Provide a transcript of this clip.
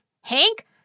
Hank